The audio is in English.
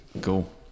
Cool